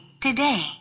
today